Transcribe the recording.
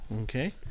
Okay